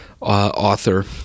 author